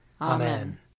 Amen